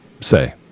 say